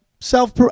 self